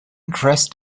dressed